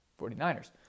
49ers